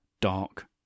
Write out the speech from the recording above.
dark